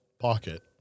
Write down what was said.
pocket